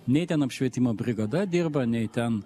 nei ten apšvietimo brigada dirba nei ten